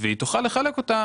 זה לא שיח של תמיכות,